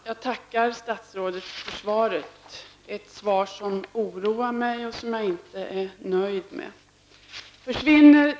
Herr talman! Jag tackar statsrådet för svaret, ett svar som oroar mig och som jag inte är nöjd med.